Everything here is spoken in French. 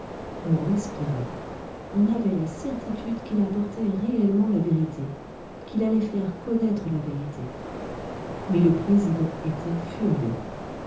on respirait on avait la certitude qu'il apportait réellement la vérité qu'il allait faire connaître la vérité mais le président était furieux